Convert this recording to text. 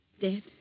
Dead